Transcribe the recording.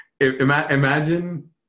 imagine